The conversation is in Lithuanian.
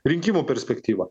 rinkimų perspektyvą